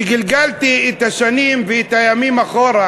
כשגלגלתי את השנים ואת הימים אחורה,